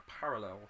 parallel